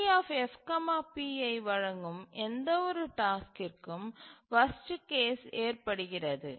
GCD F pi வழங்கும் எந்தவொரு டாஸ்க்கிற்கும் வர்ஸ்ட் கேஸ் ஏற்படுகிறது